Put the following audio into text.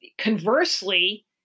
conversely